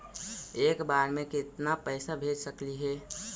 एक बार मे केतना पैसा भेज सकली हे?